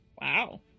Wow